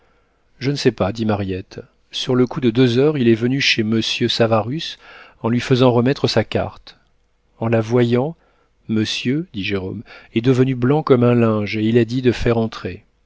je ne sais pas dit mariette sur le coup de deux heures il est venu chez monsieur savarus en lui faisant remettre sa carte en la voyant monsieur dit jérôme est devenu blanc comme un linge et il a dit de faire entrer